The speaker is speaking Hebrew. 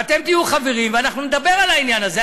ואתם תהיו חברים, ואנחנו נדבר על העניין הזה.